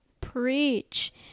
Preach